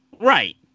right